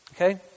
Okay